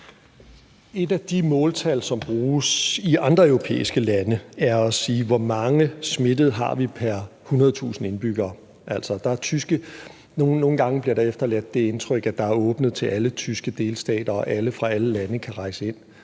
Et af de måltal, som bruges i andre europæiske lande, er at sige, at hvor mange smittede har vi pr. 100.000 indbyggere. Nogle gange bliver der efterladt det indtryk, at der er åbnet til alle tyske delstater, og at alle fra alle lande kan rejse ind.